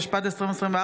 התשפ"ד 2024,